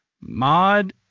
Mod